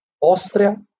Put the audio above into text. Austria